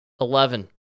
Eleven